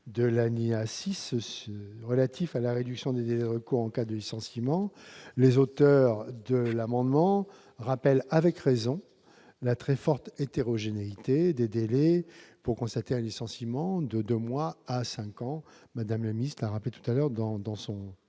de l'alinéa 6, relatif à la réduction des délais de recours en cas de licenciement. Les auteurs de cet amendement rappellent avec raison la très forte hétérogénéité des délais pour contester un licenciement, de deux mois à cinq ans. Mme la ministre y a fait référence tout à l'heure. Une